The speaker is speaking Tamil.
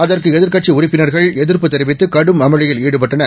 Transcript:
அதற்குஎதிர்க்கட்சிஉறுப்பினர்கள்எதிர்ப்புதெரிவித்து கடும்அமளியில்ஈடுபட்டன